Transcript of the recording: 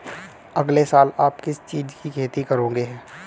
अगले साल आप किस चीज की खेती करेंगे?